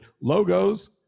Logos